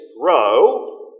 grow